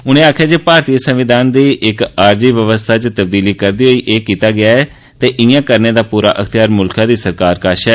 उनें आक्खेआ जे इयां भारतीय संविधान दी इक आरजी व्यवस्था च तब्दीली करदे होई कीता गेआ ऐ ते इयां करने दा पूरा इख्तयार मुल्खै दी सरकार कश ऐ